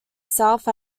south